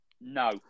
No